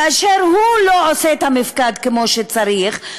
כאשר הוא לא עושה את המפקד כמו שצריך,